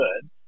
good